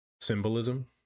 symbolism